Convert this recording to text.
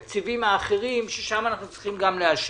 לתקציבים האחרים, ששם אנחנו צריכים גם לאשר.